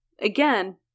Again